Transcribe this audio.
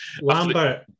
Lambert